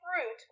fruit